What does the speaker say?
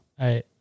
right